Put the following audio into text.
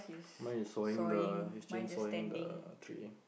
mine is sawing the his chain sawing the tree